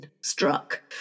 struck